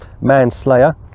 manslayer